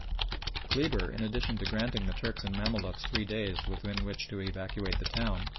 kleber, in addition to granting the turks and mamaluks three days within which to evacuate the town,